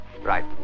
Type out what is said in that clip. Right